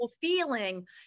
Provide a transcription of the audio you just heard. feeling